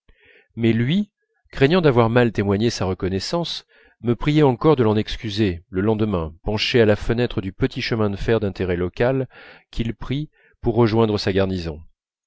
mais lui craignant d'avoir mal témoigné sa reconnaissance me priait encore de l'en excuser le lendemain penché à la fenêtre du petit chemin de fer d'intérêt local qu'il prit pour rejoindre sa garnison